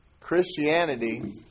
Christianity